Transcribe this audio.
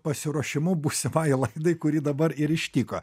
pasiruošimu būsimai laidai kuri dabar ir ištiko